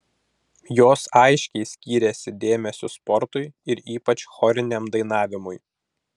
jos aiškiai skyrėsi dėmesiu sportui ir ypač choriniam dainavimui